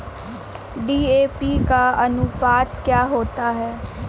DAP का अनुपात क्या होता है?